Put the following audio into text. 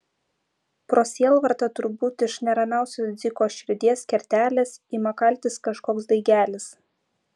pro sielvartą turbūt iš neramiausios dziko širdies kertelės ima kaltis kažkoks daigelis